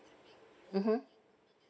mmhmm